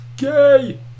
Yay